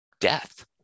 death